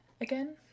again